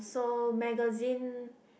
so magazine